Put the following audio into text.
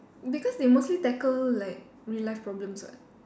because they mostly tackle like real life problems [what]